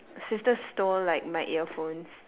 sister stole like my earphones